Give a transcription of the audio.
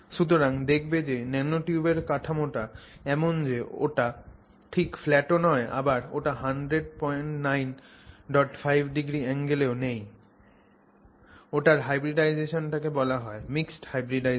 সুতরাং দেখবে যে ন্যানোটিউবের কাঠামোটা এমন যে ওটা ঠিক ফ্ল্যাট ও নয় আবার ওটা 1095o অ্যাঙ্গেলেও নেই ওটার hybridization টাকে বলা হয় mixed hybridization